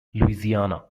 louisiana